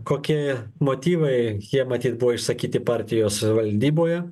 kokie motyvai jie matyt buvo išsakyti partijos valdyboje